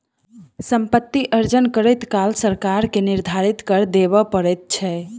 सम्पति अर्जन करैत काल सरकार के निर्धारित कर देबअ पड़ैत छै